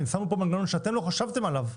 הם שמו פה מנגנון שאתם לא חשבתם עליו,